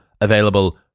available